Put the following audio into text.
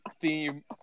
theme